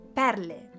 perle